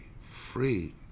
free